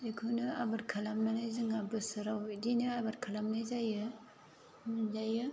बेखौनो आबाद खालामनानै जोंहा बोसोराव बिदिनो आबाद खालामनाय जायो मोनजायो